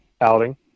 outing